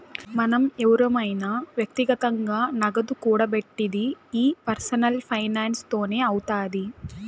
మనం ఎవురమైన వ్యక్తిగతంగా నగదు కూడబెట్టిది ఈ పర్సనల్ ఫైనాన్స్ తోనే అవుతాది